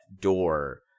door